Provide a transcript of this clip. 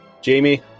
Jamie